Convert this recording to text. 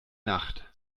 nacht